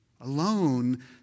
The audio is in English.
Alone